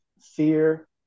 fear